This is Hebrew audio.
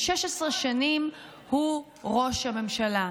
16 שנים הוא ראש הממשלה.